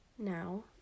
Now